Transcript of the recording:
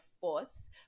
force